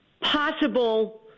possible